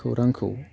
खौरांखौ